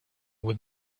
with